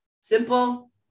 simple